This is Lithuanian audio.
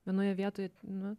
vienoje vietoje nu